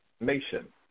nation